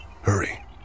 Hurry